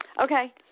Okay